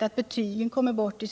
att betygen tas bort.